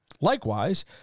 Likewise